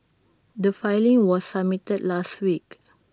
the filing was submitted last week